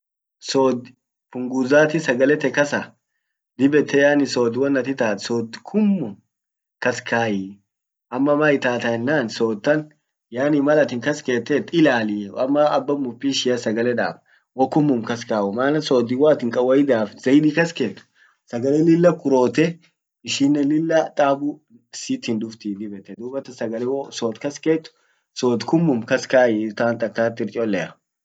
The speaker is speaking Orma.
Sod punguzati sagale te kasa dib yette yani sod wonat itaat sod kummum kas kayi ama man itata yenan sod tan yani malatin kas kettet ilalii ama aba mpishia sagale daab wo qummum kas kayu mana sod woatin kawaidaf zaidi kas kett sagale lilla kurotte ishinen lilla tabubsitin duftii dib yette dubatan sagale wo sod kas kett sod kummum kas kaii tant akan irr cholea.